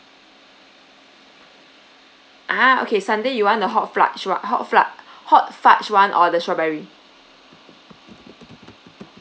ah okay sundae you want the hot fluctua~ wa~ hot fluct~ hot fudge [one] or the strawberry